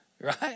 Right